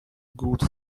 good